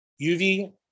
UV